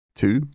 two